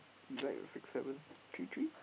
it likes six seven three three